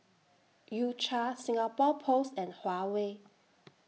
U Cha Singapore Post and Huawei